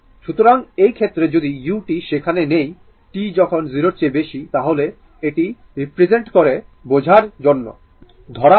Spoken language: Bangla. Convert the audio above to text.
সুতরাং এই ক্ষেত্রে যদি u সেখানে নেই t যখন 0 এর বেশি তাহলে এটি রিপ্রেসেন্ট করে বোঝার জন্য এটি I ধরা হয়